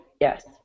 Yes